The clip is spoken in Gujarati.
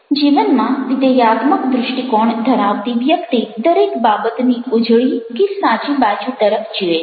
આથી જીવનમાં વિધેયાત્મક દૃષ્ટિકોણ ધરાવતી વ્યક્તિ દરેક બાબતની ઉજળી કે સાચી બાજુ તરફ જુએ છે